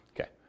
Okay